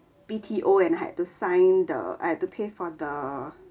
B_T_O and had to sign the I have to pay for the